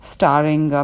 Starring